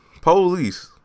police